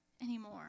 anymore